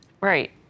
Right